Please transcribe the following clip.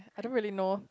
I don't really know